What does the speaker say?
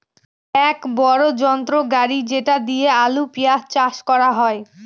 এক বড়ো যন্ত্র গাড়ি যেটা দিয়ে আলু, পেঁয়াজ চাষ করা হয়